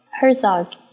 Herzog